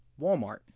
Walmart